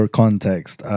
context